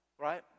right